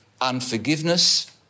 unforgiveness